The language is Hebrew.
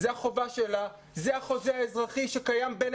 זה החובה שלה, זה החוזה האזרחי שקיים בין